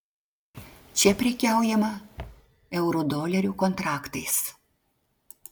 čia prekiaujama eurodolerių kontraktais